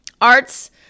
arts